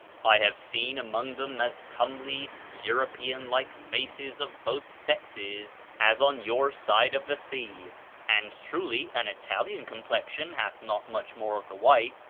i have seen among them as comely european-like faces of both sexes as on your side of the sea and truly an italian complexion hath not much more of the white,